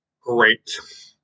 Great